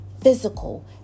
physical